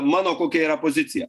mano kokia yra pozicija